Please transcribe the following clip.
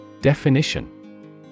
Definition